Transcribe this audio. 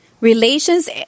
Relations